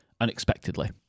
unexpectedly